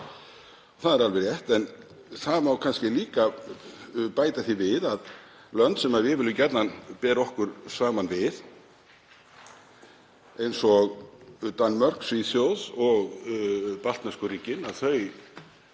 Það er alveg rétt en því má kannski líka bæta við að lönd sem við viljum gjarnan bera okkur saman við, eins og Danmörk, Svíþjóð og baltnesku ríkin,